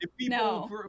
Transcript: No